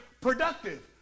productive